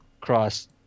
Cross